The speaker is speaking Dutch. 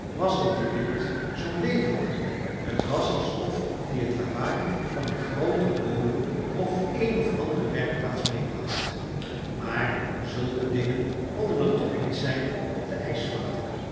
was dat die wind zoo'n leven maakte t was alsof die t lawaai van een grooten molen of een of andere werkplaats meêbracht maar zulke dingen konden er toch niet zijn op de ijsvlakte